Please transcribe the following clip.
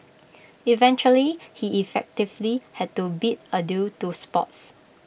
eventually he effectively had to bid adieu to sports